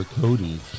Cody